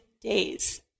days